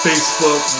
Facebook